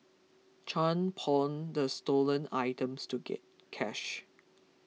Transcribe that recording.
Chan pawned the stolen items to get cash